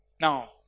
Now